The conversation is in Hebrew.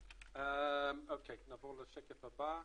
אוקיי, נעבור לשקף הבא.